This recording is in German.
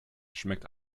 schmeckt